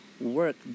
work